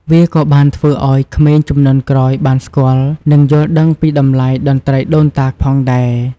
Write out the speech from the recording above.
វាក៏បានធ្វើឲ្យ ក្មេងជំនាន់ក្រោយ បានស្គាល់ និងយល់ដឹងពីតម្លៃតន្ត្រីដូនតាផងដែរ។